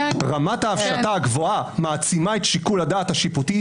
רמת ההפשטה הגבוהה מעצימה את שיקול הדעת השיפוטי,